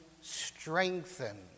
strengthened